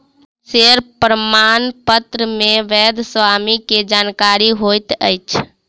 share प्रमाणपत्र मे वैध स्वामी के जानकारी होइत अछि